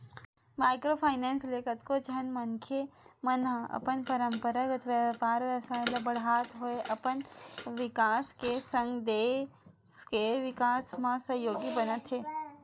micro finance ले कतको झन मनखे मन ह अपन पंरपरागत बेपार बेवसाय ल बड़हात होय अपन बिकास के संग देस के बिकास म सहयोगी बनत हे